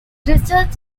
research